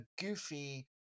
goofy